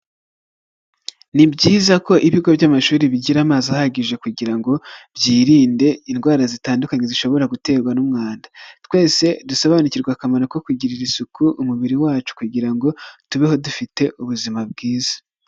Ni byiza ko ibigo by'amashuri bigira amazi ahagije kugira ngo byirinde indwara zitandukanye zishobora guterwa n'umwanda, twese dusobanukirwa akamaro ko kugirira isuku umubiri wacu kugira ngo tubeho dufite ubuzima bwiza.